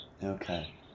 okay